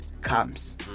comes